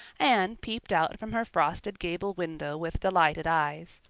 anne peeped out from her frosted gable window with delighted eyes.